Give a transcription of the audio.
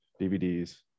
DVDs